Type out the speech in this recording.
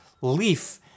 leaf